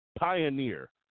pioneer